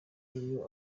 iyo